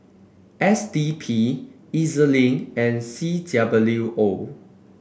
S D P E Z Link and C W O